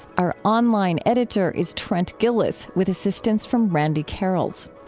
our online editor is trent gilliss with assistance from randy karels.